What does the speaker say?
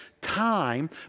time